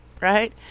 Right